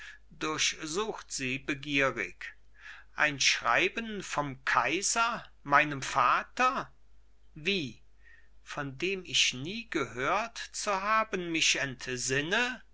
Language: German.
durchsucht sie begierig ein schreiben vom kaiser meinem vater wie von dem ich nie gehört zu haben mich entsinne